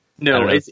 No